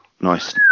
Nice